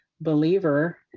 believer